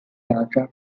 aircraft